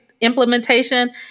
implementation